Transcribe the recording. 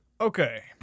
Okay